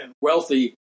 wealthy